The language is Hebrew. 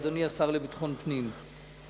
אדוני השר לביטחון פנים,